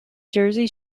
jersey